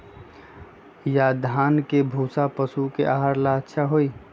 या धान के भूसा पशु के आहार ला अच्छा होई?